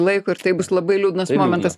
laiko ir tai bus labai liūdnas momentas